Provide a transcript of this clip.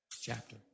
Chapter